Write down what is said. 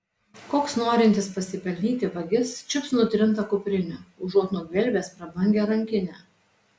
koks norintis pasipelnyti vagis čiups nutrintą kuprinę užuot nugvelbęs prabangią rankinę